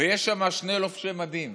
ויש שם שני לובשי מדים,